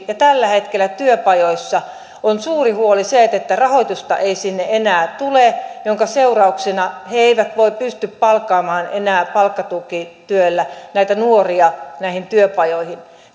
ja tällä hetkellä työpajoissa on suuri huoli se että että rahoitusta ei sinne enää tule minkä seurauksena he eivät pysty palkkaamaan enää palkkatukityöllä nuoria näihin työpajoihin